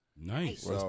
Nice